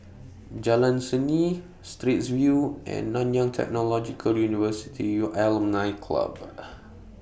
Jalan Seni Straits View and Nanyang Technological University U Alumni Club